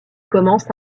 commence